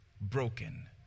broken